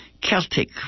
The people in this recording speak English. Celtic